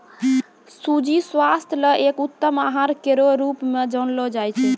सूजी स्वास्थ्य ल एक उत्तम आहार केरो रूप म जानलो जाय छै